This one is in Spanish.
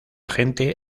gente